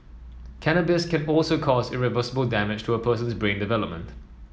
cannabis can also cause irreversible damage to a person's brain development